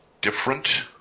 different